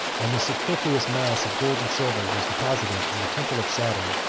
and the superfluous mass of gold and silver was deposited in the temple of saturn,